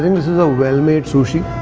this is a well-made sushi.